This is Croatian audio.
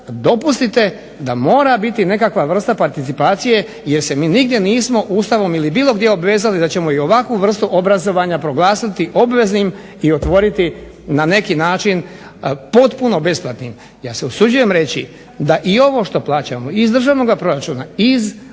dopustite da mora biti nekakva vrsta participacije jer se mi nigdje nismo Ustavom ili bilo gdje obvezali da ćemo ovakvu vrstu obrazovanja proglasiti obveznim i otvoriti na neki način potpuno besplatnim. Ja se usuđujem reći da ovo što plaćamo iz državnog proračuna i iz